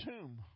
tomb